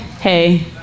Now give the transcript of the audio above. hey